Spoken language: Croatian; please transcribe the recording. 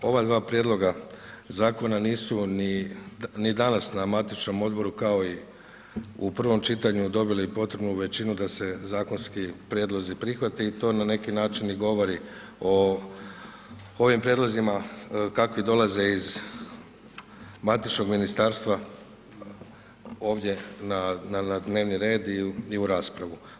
Ova dva prijedloga zakona nisu ni danas na matičnom odboru kao ni na prvom čitanju dobili potrebnu većinu da se zakonski prijedlozi prihvate i to na neki način i govori o ovim prijedlozima kakvi dolaze iz matičnog ministarstva ovdje na dnevni red i u raspravu.